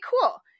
cool